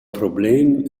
problemen